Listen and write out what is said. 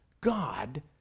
God